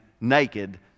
naked